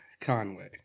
Conway